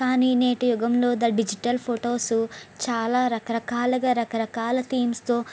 కానీ నేటి యుగంలో ద డిజిటల్ ఫొటోసు చాలా రకరకాలుగా రకరకాల థీమ్స్తో